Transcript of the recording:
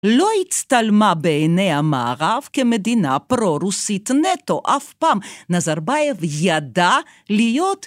לא הצטלמה בעיני המערב כמדינה פרו-רוסית נטו, אף פעם, נזרבאייב ידע להיות